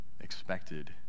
expected